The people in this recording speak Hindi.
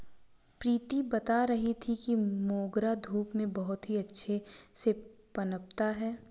प्रीति बता रही थी कि मोगरा धूप में बहुत ही अच्छे से पनपता है